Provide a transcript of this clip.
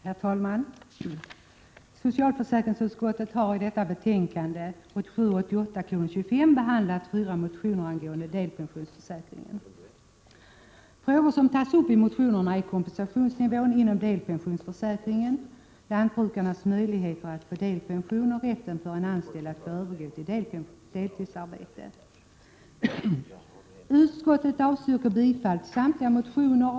Herr talman! Socialförsäkringsutskottet har i betänkandet 1987/88:25 behandlat fyra motioner angående delpensionsförsäkringen. Frågor som tas upp i motionerna är kompensationsnivån inom delpensionsförsäkringen, lantbrukarnas möjlighet att få delpension och rätten för en anställd att få övergå till deltidsarbete. Utskottet avstyrker bifall till samtliga motioner.